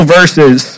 verses